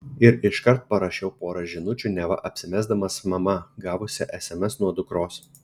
ir iškart parašiau porą žinučių neva apsimesdamas mama gavusia sms nuo dukros